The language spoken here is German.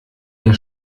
der